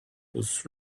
was